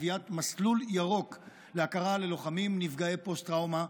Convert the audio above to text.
לקביעת מסלול ירוק להכרה בלוחמים נפגעי פוסט-טראומה,